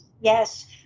Yes